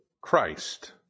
Christ